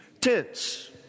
Tents